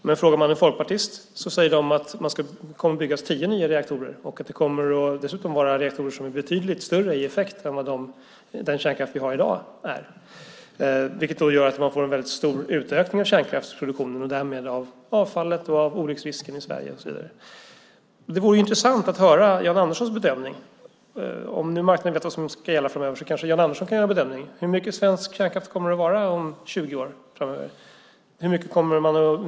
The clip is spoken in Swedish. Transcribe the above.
Men frågar man en folkpartist blir svaret att tio nya reaktorer kommer att byggas - reaktorer som dessutom ger en betydligt större effekt än dagens kärnkraftsreaktorer. Det gör att det blir en mycket stor utökning av kärnkraftsproduktionen och därmed av avfall, olycksrisker i Sverige och så vidare. Det vore intressant att höra Jan Anderssons bedömning. Om nu marknaden vet vad som ska gälla framöver kan Jan Andersson kanske göra en bedömning. Hur mycket svensk kärnkraft kommer vi att ha framöver, om 20 år?